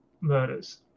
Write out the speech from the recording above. murders